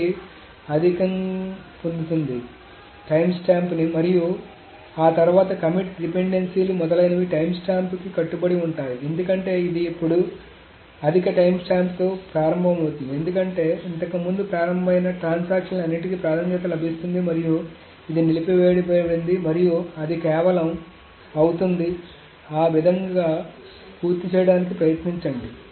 అది అధికపొందుతుంది టైమ్స్టాంప్ని మరియు ఆ తర్వాత కమిట్ డిపెండెన్సీలు మొదలైనవి టైమ్స్టాంప్కి కట్టుబడి ఉంటాయి ఎందుకంటే ఇది ఇప్పుడు అధిక టైమ్స్టాంప్తో ప్రారంభ మవుతుంది ఎందుకంటే ఇంతకు ముందు ప్రారంభమైన ట్రాన్సాక్షన్ ల అన్నింటికీ ప్రాధాన్యత లభిస్తుంది మరియు ఇది నిలిపివేయబడింది మరియు అది కేవలం అవుతుంది ఆ విధంగా పూర్తి చేయడానికి ప్రయత్నించండి